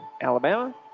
Alabama